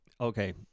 Okay